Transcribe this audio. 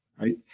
Right